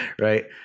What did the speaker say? right